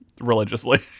religiously